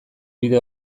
bide